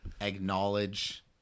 acknowledge